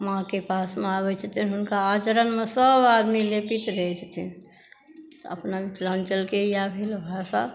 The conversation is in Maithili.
माँके पासमे आबै छथिन हुनका आचरणमे सभ आदमी लेपित रहै छथिन अपना मिथिलाञ्चलके इएह भेल भाषा